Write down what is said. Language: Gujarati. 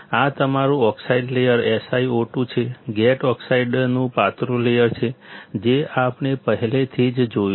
આ તમારું ઓક્સાઇડ લેયર SiO2 છે ગેટ ઓક્સાઇડનું પાતળું લેયર છે જે આપણે પહેલાથી જ જોયું છે